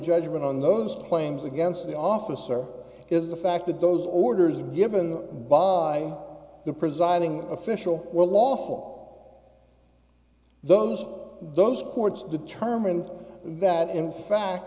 judgment on those claims against the officer is the fact that those orders given by the presiding official were lawful those of those courts determined that in fact